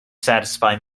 satisfy